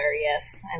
yes